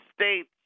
States